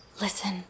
listen